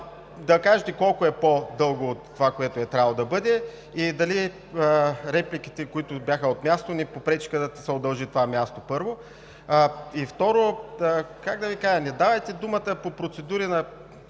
Да кажете колко е по-дълго от това, което е трябвало да бъде, и дали репликите, които бяха от място, не попречиха да се удължи това време, първо. Второ, как да Ви кажа, не давайте думата по процедури на